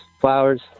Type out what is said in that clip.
flowers